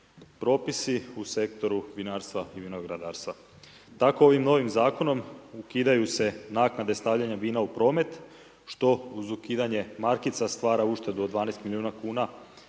propisi u sektoru vinarstva i vinogradarstva. Tako ovim novim zakonom, ukidaju se naknade stavljanja vina u promet što uz ukidanje markica stvara uštedu od 12 milijuna kuna